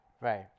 Right